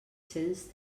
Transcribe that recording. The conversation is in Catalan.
cents